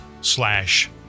slash